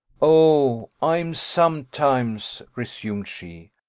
oh i am sometimes, resumed she,